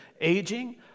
aging